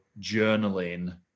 journaling